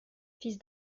fils